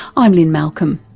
i'm lynne malcolm,